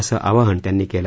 असं आवाहन त्यांनी केल